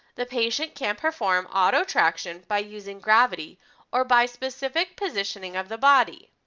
the patient can perform auto traction by using gravity or by specific positioning of the body.